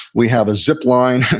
we have a zip-line.